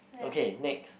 okay next